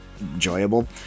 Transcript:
enjoyable